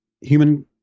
human